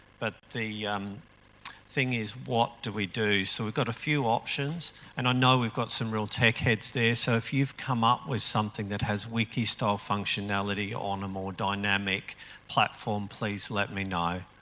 but the thing is, what do we do? so, we've got a few options and i know we've got some real tech heads there so if you've come up with something that has wiki style functionality on a more dynamic platform, please let me know.